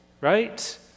right